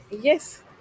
yes